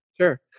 Sure